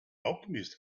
alchemist